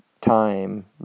time